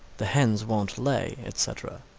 the hens won't lay, etc.